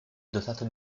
dotato